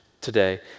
today